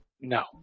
No